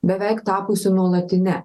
beveik tapusi nuolatine